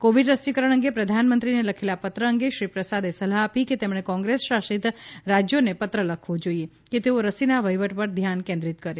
Covid રસીકરણ અંગે પ્રધાનમંત્રીને લખેલા પત્ર અંગે શ્રી પ્રસાદે સલાહ આપી કે તેમણે કોંગ્રેસ શાસિત રાજ્યોને પત્ર લખવો જોઈએ કે તેઓ રસીના વહીવટ પર ધ્યાન કેન્દ્રિત કરે